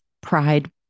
pride